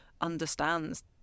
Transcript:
understands